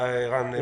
תודה רבה, ערן.